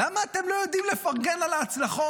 למה אתם לא יודעים לפרגן על ההצלחות?